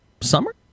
summer